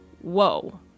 whoa